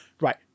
right